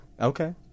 Okay